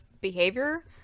behavior